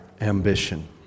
ambition